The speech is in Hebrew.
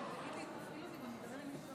אחד הדברים שאני שמה